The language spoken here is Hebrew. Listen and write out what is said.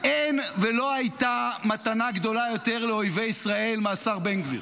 אין ולא הייתה מתנה גדולה יותר לאויבי ישראל מהשר בן גביר.